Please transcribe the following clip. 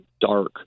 dark